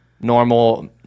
normal